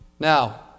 Now